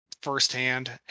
firsthand